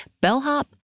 bellhop